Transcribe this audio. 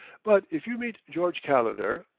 but if you meet george calendar,